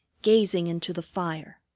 gazing into the fire.